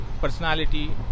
personality